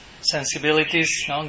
sensibilities